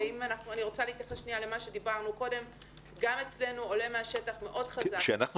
ומה שעולה אצלנו בשטח מאוד חזק --- כשאנחנו